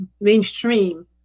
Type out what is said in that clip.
mainstream